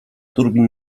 turbin